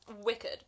wicked